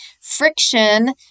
friction